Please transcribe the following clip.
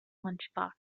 lunchbox